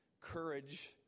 courage